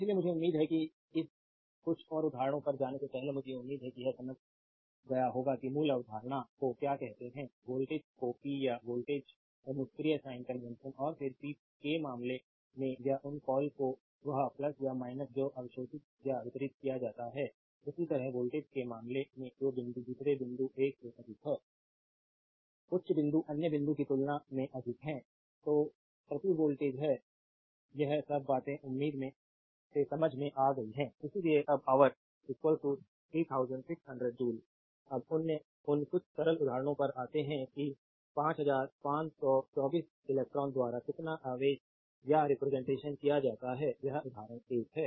इसलिए मुझे उम्मीद है कि इस कुछ और उदाहरणों पर जाने से पहले मुझे उम्मीद है कि यह समझ गया होगा कि मूल अवधारणा को क्या कहते हैं वोल्टेज को पी या वोल्टेज और निष्क्रिय साइन कन्वेंशन और फिर पी के मामले में या उस कॉल को वह या जो अवशोषित या वितरित किया जाता है उसी तरह वोल्टेज के मामले में जो बिंदु दूसरे बिंदु 1 से अधिक है उच्च बिंदु अन्य बिंदु की तुलना में अधिक है जो प्रति वोल्टेज है यह सब बातें उम्मीद से समझ में आ गई हैं इसलिए एक ऑवर 3600 जूल अब उन कुछ सरल उदाहरणों पर आते हैं कि 5524 इलेक्ट्रॉनों द्वारा कितना आवेश का रिप्रजेंटेशन किया जाता है यह उदाहरण 1 है